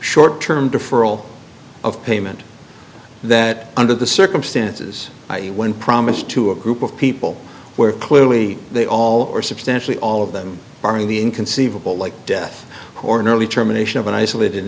short term deferral of payment that under the circumstances when promised to a group of people where clearly they all or substantially all of them barring the inconceivable like death or an early termination of an isolated